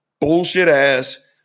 bullshit-ass